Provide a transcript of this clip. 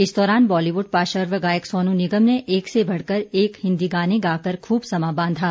इस दौरान बालीवुड पार्शव गायक सोनू निगम ने एक से बढ़कर एक हिंदी गाने गाकर खूब समा बांधा